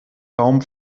raum